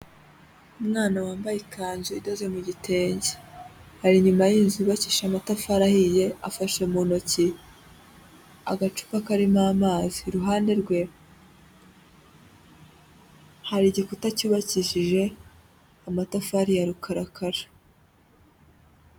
Umwana wambaye ikanzu idoze mu gitenge, ari inyuma y'inzu yubakishije amatafari ahiye, afashe mu ntoki agacupa karimo amazi, iruhande rwe hari igikuta cyubakishije amatafari ya rukarakara.